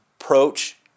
Approach